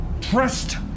Trust